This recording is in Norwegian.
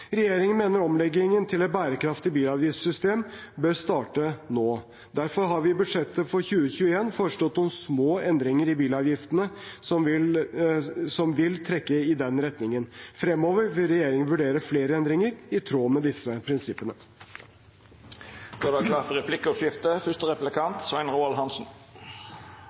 Regjeringen mener omleggingen til et bærekraftig bilavgiftssystem bør starte nå. Derfor har vi i budsjettet for 2021 foreslått noen små endringer i bilavgiftene som vil trekke i den retningen. Fremover vil regjeringen vurdere flere endringer i tråd med disse prinsippene. Det vert replikkordskifte. Jeg hørte statsråden redegjøre for